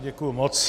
Děkuji moc.